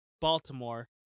Baltimore